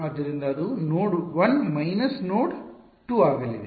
ಆದ್ದರಿಂದ ಅದು node 1 minus node 2 ಆಗಲಿದೆ